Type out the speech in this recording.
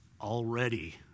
already